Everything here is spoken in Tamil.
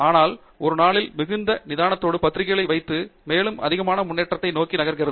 ஆனால் ஒரு நாளில் மிகுந்த நிதானத்தோடு பத்திரிகைகளை வைத்து மேலும் அதிகமான முன்னேற்றத்தை நோக்கி நகர்கிறது